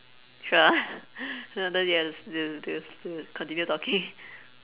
sure ah not later you h~ s~ they'll still they'll still continue talking